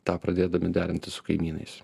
tą pradėdami derinti su kaimynais